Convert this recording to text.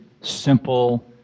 simple